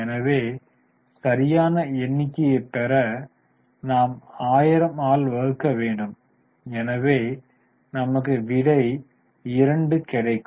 எனவே சரியான எண்ணிக்கையைப் பெற நாம் 1000 ஆல் வகுக்க வேண்டும் எனவே நமக்கு விடை 2 கிடைக்கும்